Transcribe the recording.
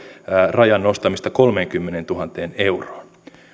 rajan nostamista kolmeenkymmeneentuhanteen euroon